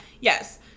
yes